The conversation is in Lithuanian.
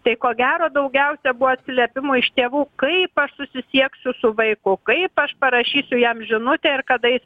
tai ko gero daugiausia buvo atsiliepimų iš tėvų kaip aš susisieksiu su vaiku kaip aš parašysiu jam žinutę ir kada jis